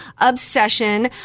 obsession